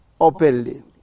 openly